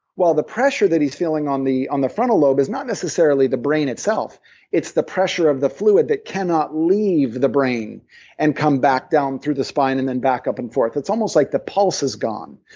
the pressure that he's feeling on the on the frontal lobe is not necessarily the brain itself it's the pressure of the fluid that cannot leave the brain and come back down through the spine and then back up and forth. it's almost like the pulse is gone,